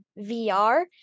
VR